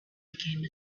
became